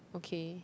okay